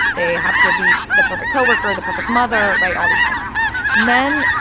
they have to be the perfect co-worker, the perfect mother right? all these things men,